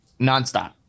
nonstop